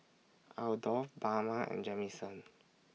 Adolph Bama and Jamison